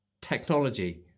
Technology